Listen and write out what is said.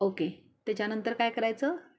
okay त्याच्यानंतर काय करायचं